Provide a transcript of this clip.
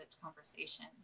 conversation